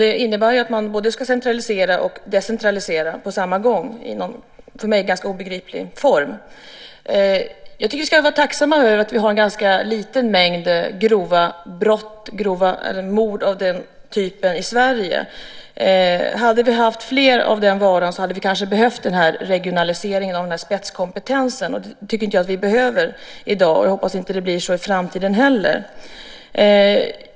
Det innebär ju att man ska både centralisera och decentralisera på samma gång i någon för mig ganska obegriplig form. Jag tycker att vi ska vara tacksamma över att vi har en ganska liten mängd grova brott och mord i Sverige. Om vi hade haft fler av den varan hade vi kanske behövt en regionalisering av den här spetskompetensen. Jag tycker inte att vi behöver det i dag, och jag hoppas att det inte blir så i framtiden heller.